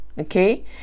okay